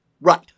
Right